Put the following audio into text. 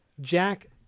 Jack